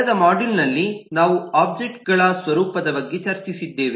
ಕಳೆದ ಮಾಡ್ಯೂಲ್ನಲ್ಲಿ ನಾವು ಒಬ್ಜೆಕ್ಟ್ಗಳ ಸ್ವರೂಪದ ಬಗ್ಗೆ ಚರ್ಚಿಸಿದ್ದೇವೆ